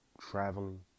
traveling